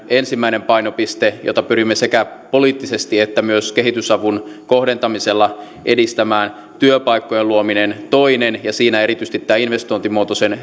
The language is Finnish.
ensimmäinen painopiste jota pyrimme sekä poliittisesti että myös kehitysavun kohdentamisella edistämään työpaikkojen luominen on toinen ja siinä erityisesti tämän investointimuotoisen